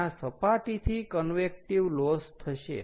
ત્યાં સપાટીથી convective loss થશે